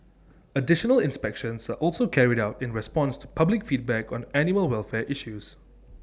additional inspections are also carried out in response to public feedback on animal welfare issues